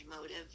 motive